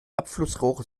abflussrohre